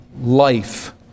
life